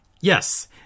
Yes